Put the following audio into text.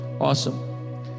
awesome